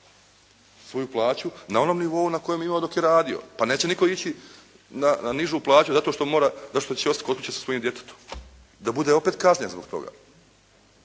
svoju plaću na onom nivou na kojem je imao dok je radio. Pa neće nitko ići na nižu plaću zato što će ostati kod kuće sa svojim djetetom. Da bude opet kažnjen zbog toga,